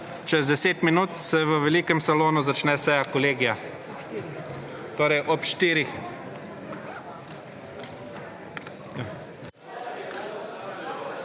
Čez 10 minut se v Velikem salonu začne seja Kolegija, torej ob štirih.